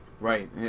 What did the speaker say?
Right